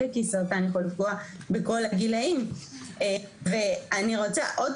כי בעצם סרטן יכול לפגוע בכל הגילאים ואני רוצה עוד